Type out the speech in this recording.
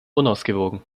unausgewogen